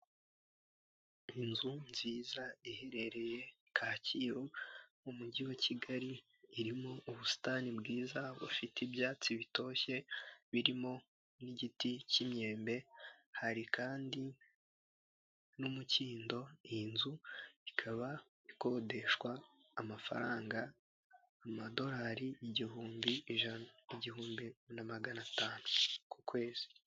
Inzu nziza iherereye Kacyiru mu mujyi wa Kigali, irimo ubusitani bwiza bufite ibyatsi bitoshye, birimo n'igiti cy'imyembe, hari kandi n'umukindo. Iyi nzu ikaba ikodeshwa amafaranga Amadolari igihumbi n'ijana igihumbi na magana atanu ku kwezi.